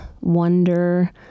wonder